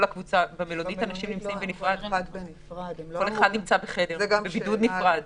לא, במלונית כל אחד נמצא בבידוד נפרד.